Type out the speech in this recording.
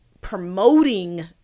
promoting